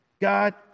God